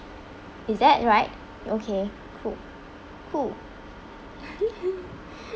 is that right okay cool cool